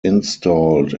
installed